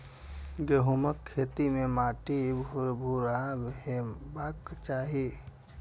गहूमक खेत के माटि भुरभुरा हेबाक चाही